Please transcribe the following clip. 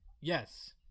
Yes